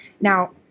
Now